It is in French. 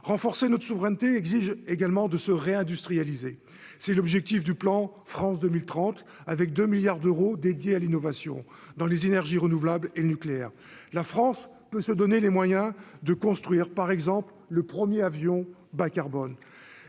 renforcer notre souveraineté exige également de se réindustrialiser, c'est l'objectif du plan France 2030 avec 2 milliards d'euros, dédié à l'innovation dans les énergies renouvelables et le nucléaire, la France peut se donner les moyens de construire par exemple le premier avion bas carbone,